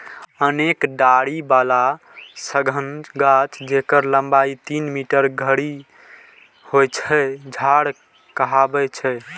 अनेक डारि बला सघन गाछ, जेकर लंबाइ तीन मीटर धरि होइ छै, झाड़ कहाबै छै